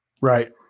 right